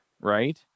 right